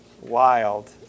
wild